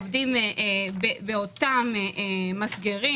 מסגרים,